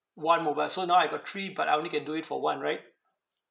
one mobile so now I got three but I only can do it for one right